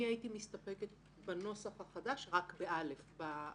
אני הייתי מסתפקת בנוסח החדש רק ב-(א).